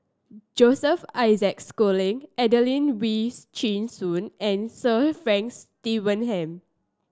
Joseph Isaac Schooling Adelene Wees Chin Suan and Sir Frank Swettenham